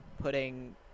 putting